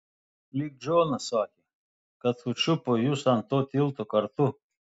lyg džonas sakė kad sučiupo jus ant to tilto kartu